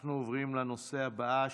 אנחנו עוברים לנושא הבא,